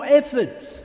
efforts